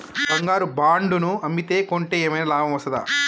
బంగారు బాండు ను అమ్మితే కొంటే ఏమైనా లాభం వస్తదా?